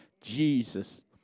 Jesus